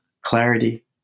clarity